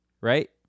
Right